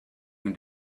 can